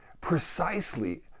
precisely